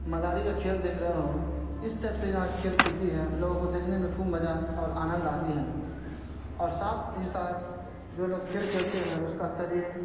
مداری کا کھیل دیکھ رہے ہوں اس ٹائپ سے یہاں کھیل کھیلتی ہے لوگوں کو دیکھنے میں خوب مزہ اور آنند آتی ہیں اور ساتھ ہی ساتھ جو لوگ کھیل کھیلتے ہیں اس کا شریر